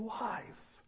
life